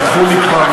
שלחו לי כבר,